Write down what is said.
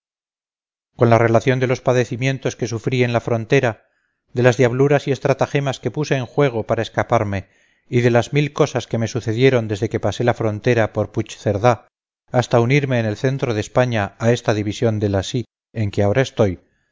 con la relación de los padecimientos que sufrí en la frontera de las diabluras y estratagemas que puse en juego para escaparme y de las mil cosas que me sucedieron desde que pasé la frontera por puigcerd hasta unirme en el centro de españa a esta división de lacy en que ahora estoy